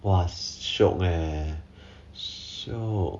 !wah! shiok leh so shiok